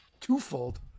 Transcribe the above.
Twofold